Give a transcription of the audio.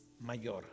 Mayor